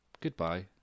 Goodbye